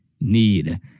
need